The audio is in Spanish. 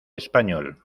español